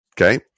Okay